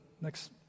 next